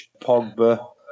Pogba